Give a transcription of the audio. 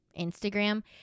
Instagram